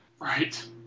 Right